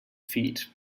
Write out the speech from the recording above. feet